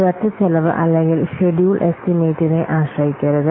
ഒരൊറ്റ ചെലവ് അല്ലെങ്കിൽ ഷെഡ്യൂൾ എസ്റ്റിമേറ്റിനെ ആശ്രയിക്കരുത്